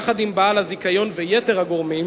יחד עם בעל הזיכיון ויתר הגורמים,